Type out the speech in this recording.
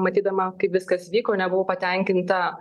matydama kaip viskas vyko nebuvau patenkinta